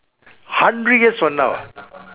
hundred years from now